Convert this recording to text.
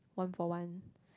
one for one